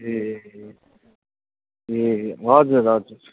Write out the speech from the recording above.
ए ए हजुर हजुर